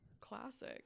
Classic